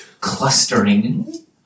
clustering